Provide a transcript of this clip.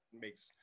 makes